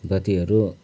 बत्तीहरू